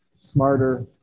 smarter